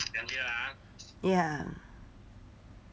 ya